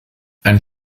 einen